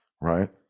right